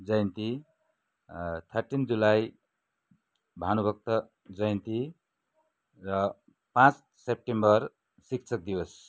जयन्ती thirteen July Bhanubhakta जयन्ती र पाँच सेप्टेम्बर शिक्षक दिवस